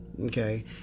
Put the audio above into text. Okay